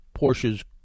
Porsche's